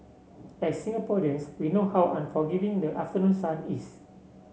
as Singaporeans we know how unforgiving the afternoon sun is